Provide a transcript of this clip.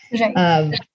right